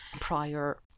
prior